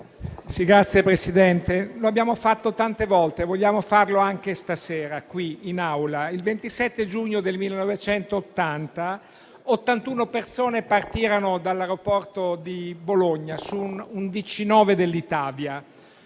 Signor Presidente, lo abbiamo fatto tante volte e vogliamo farlo anche stasera qui in Aula. Il 27 giugno del 1980, ottantuno persone partirono dall'aeroporto di Bologna su un DC-9 dell'Itavia.